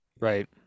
right